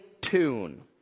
tune